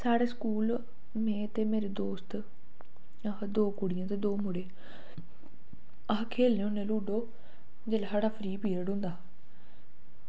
साढ़े स्कूल नें ते मेरे दोस्त दो कुड़ियां ते दो मुड़े अस खेलने होने लूड्डो जिसलै साढ़ा फ्री पीरियड होंदा